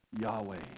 Yahweh